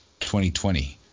2020